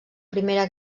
primera